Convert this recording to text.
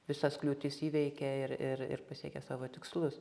visas kliūtis įveikė ir ir ir pasiekė savo tikslus